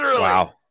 Wow